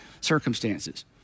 circumstances